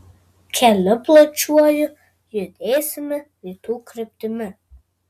keliu plačiuoju judėsime rytų kryptimi